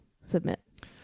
submit